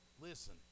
listen